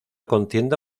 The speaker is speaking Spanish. contienda